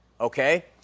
okay